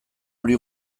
hori